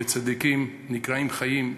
וצדיקים נקראים חיים.